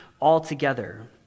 altogether